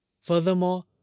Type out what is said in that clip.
Furthermore